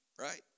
right